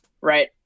right